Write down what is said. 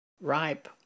ripe